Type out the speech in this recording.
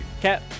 Cat